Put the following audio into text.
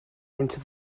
into